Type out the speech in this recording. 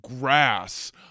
grass